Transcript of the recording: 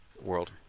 world